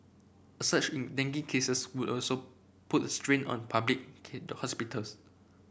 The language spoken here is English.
a surge in dengue cases would also put a strain on public hospitals